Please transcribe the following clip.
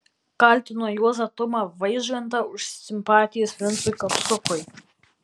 kaltino juozą tumą vaižgantą už simpatijas vincui kapsukui